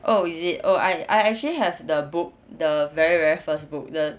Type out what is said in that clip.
oh is it oh I I actually have the book the very very first book the